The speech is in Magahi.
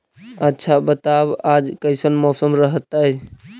आच्छा बताब आज कैसन मौसम रहतैय?